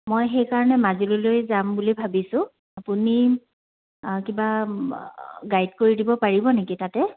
মই সেইকাৰণে মাজুলীলৈ যাম বুলি ভাবিছোঁ আপুনি কিবা গাইড কৰি দিব পাৰিব নেকি তাতে